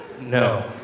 No